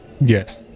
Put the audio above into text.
Yes